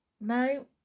No